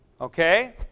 okay